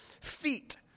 feet